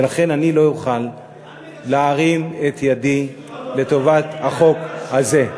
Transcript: ולכן אני לא אוכל להרים את ידי לטובת החוק הזה.